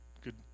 good